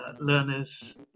learners